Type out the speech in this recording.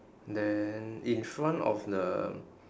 then in front of the